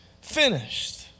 finished